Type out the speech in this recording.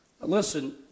Listen